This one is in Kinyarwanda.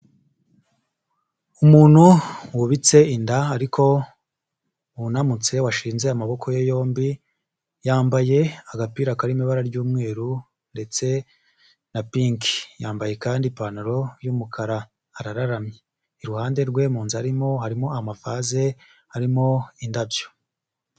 Umuntu wubitse inda, ariko wunamutse washinze amaboko ye yombi, yambaye agapira karimo ibara ry'umweru, ndetse na pink. Yambaye kandi ipantaro y'umukara arararamye. Iruhande rwe mu nzu arimo harimo amavaze, arimo indabyo.